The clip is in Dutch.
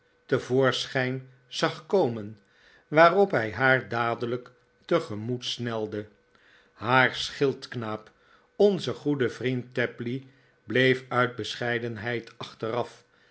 te voorschijn zag komen waarop hij haar dadelijk tegemoet snelde haar schildknaap onze goede vriend tapley bleef uit bescheidenheid achteraf